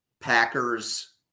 Packers